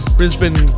Brisbane